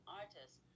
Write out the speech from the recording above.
artists